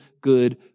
good